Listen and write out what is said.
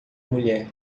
mulher